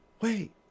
wait